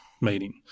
meeting